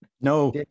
No